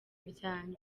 ibyanjye